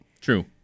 True